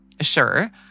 Sure